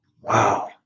Wow